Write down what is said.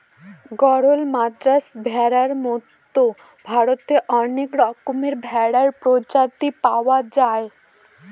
গরল, মাদ্রাজ ভেড়ার মতো ভারতে অনেক রকমের ভেড়ার প্রজাতি পাওয়া যায়